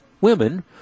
women